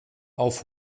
auf